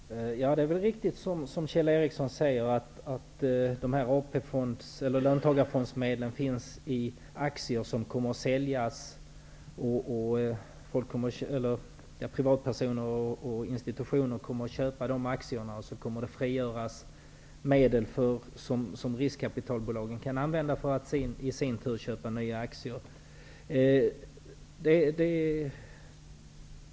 Herr talman! Det är väl riktigt precis som Kjell Ericsson säger att löntagarfondsmedlen finns i aktier, som kommer att säljas till privatpersoner och institutioner, och medel kommer att frigöras som riskkapitalbolagen kan använda till att i sin tur köpa nya aktier.